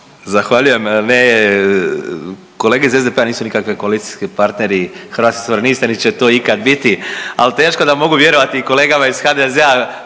Zahvaljujem. Ne, kolege iz SDP-a nisu nikakvi koalicijski partneri Hrvatskih suverenista nit će to ikad biti, al teško da mogu vjerovati kolegama ih HDZ-a